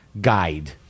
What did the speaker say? guide